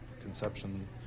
conception